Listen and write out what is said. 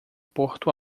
porto